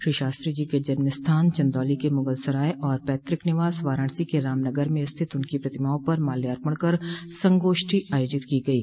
श्री शास्त्री जी के जन्म स्थान चंदौली के मुगलसरॉय और पैतृक निवास वाराणसी के रामनगर में स्थित उनकी पतिमाओं पर माल्यार्पण कर संगोष्ठी आयोजित की गयी